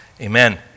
Amen